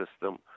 system